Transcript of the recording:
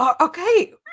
okay